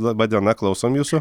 laba diena klausom jūsų